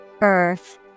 Earth